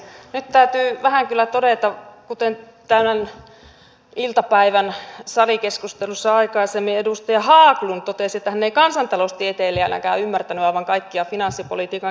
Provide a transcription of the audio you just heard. nyt täytyy vähän kyllä todeta kuten tämän iltapäivän salikeskustelussa aikaisemmin edustaja haglund totesi että hän ei kansantaloustieteilijänäkään ymmärtänyt aivan kaikkia finanssipolitiikan kiemuroita